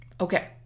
Okay